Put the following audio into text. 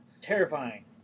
Terrifying